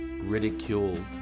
ridiculed